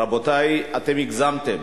רבותי, אתם הגזמתם.